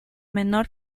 menor